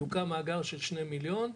יוקם מאגר של שני מיליון,